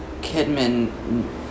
Kidman